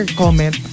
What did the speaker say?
comment